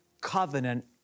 covenant